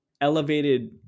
elevated